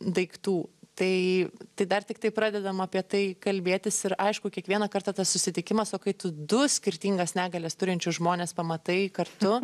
daiktų tai tai dar tiktai pradedam apie tai kalbėtis ir aišku kiekvieną kartą tas susitikimas o kai tu du skirtingas negalias turinčius žmones pamatai kartu